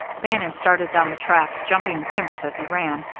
bannon started down the track, jumping the timbers as he ran,